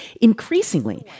increasingly